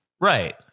right